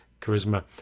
charisma